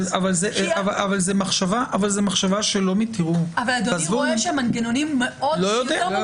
אבל זו מחשבה --- אדוני רואה שהמנגנונים --- אני לא יודע.